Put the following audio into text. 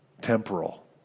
temporal